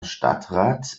stadtrat